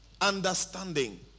understanding